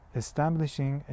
establishing